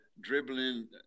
dribbling